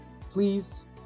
please